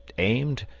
aimed,